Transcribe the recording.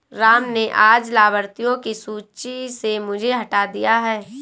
राम ने आज लाभार्थियों की सूची से मुझे हटा दिया है